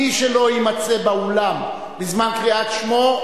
מי שלא יימצא באולם בזמן קריאת שמו,